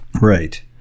Right